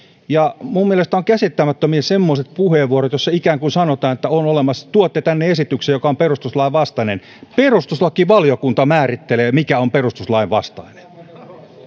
minun mielestäni ovat käsittämättömiä semmoiset puheenvuorot joissa ikään kuin sanotaan että tuomme tänne esityksen joka on perustuslain vastainen minun ymmärtääkseni perustuslakivaliokunta määrittelee mikä on perustuslain vastainen